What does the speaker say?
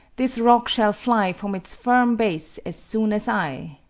this rock shall fly from its firm base as soon as i.